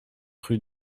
rue